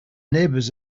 neighbors